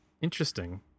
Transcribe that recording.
Interesting